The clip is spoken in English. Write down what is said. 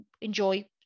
enjoy